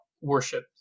worship